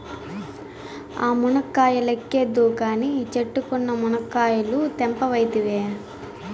ఆ మునక్కాయ లెక్కేద్దువు కానీ, చెట్టుకున్న మునకాయలు తెంపవైతివే